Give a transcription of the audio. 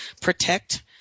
protect